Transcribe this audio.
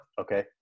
Okay